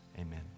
amen